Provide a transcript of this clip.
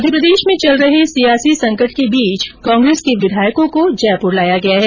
मध्यप्रदेश में चल रहे सियासी संकट के बीच कांग्रेस के विधायकों को जयपूर लाया गया है